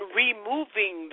removing